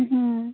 হুম